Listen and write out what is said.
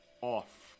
off